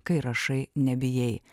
kai rašai nebijai